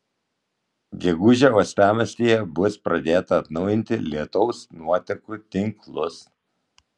gegužę uostamiestyje bus pradėta atnaujinti lietaus nuotekų tinklus